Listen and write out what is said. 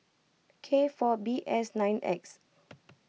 K four B S nine X